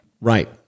Right